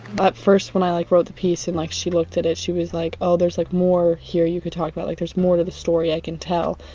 but first, when i like wrote the piece and like she looked at it, she was like, oh, there's like more here you could talk about, like there's more to the story, i can tell.